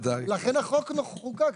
לכן החוק חוקק.